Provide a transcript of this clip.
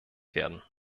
werden